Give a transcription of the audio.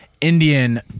Indian